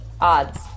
Odds